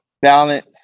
Balance